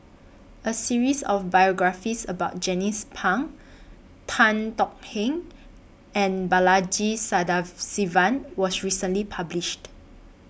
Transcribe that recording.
A series of biographies about Jernnine's Pang Tan Tong Hye and Balaji Sadasivan was recently published